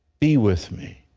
be with me.